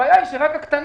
הבעיה היא שרק הקטנים,